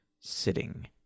sitting